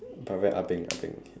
but very ah-beng ah-beng